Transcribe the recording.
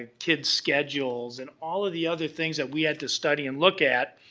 ah kids schedules and all of the other things that we had to study and look at,